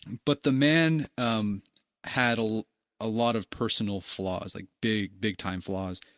but the man um had ah a lot of personal flaws like big, big-time flaws.